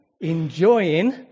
enjoying